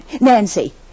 Nancy